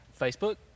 Facebook